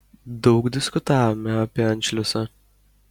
daug diskutavome apie anšliusą